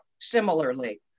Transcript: similarly